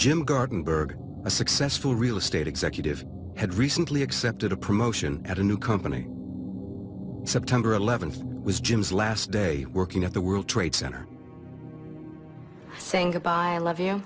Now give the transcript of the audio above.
jim gordon berg a successful real estate executive had recently accepted a promotion at a new company september eleventh was jim's last day working at the world trade center saying goodbye